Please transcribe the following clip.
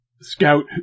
scout